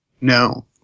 No